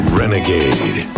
renegade